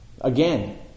Again